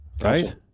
Right